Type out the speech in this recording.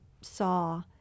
saw